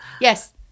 yes